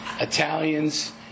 Italians